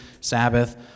Sabbath